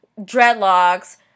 dreadlocks